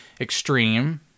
extreme